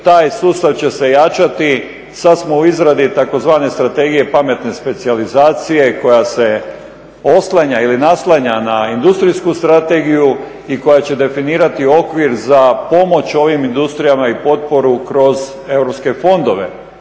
Taj sustav će se jačati. Sad smo u izradi tzv. strategije pametne specijalizacije koja se oslanja ili naslanja na industrijsku strategiju i koja će definirati okvir za pomoć ovim industrijama i potporu kroz europske fondove